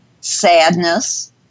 sadness